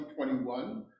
2021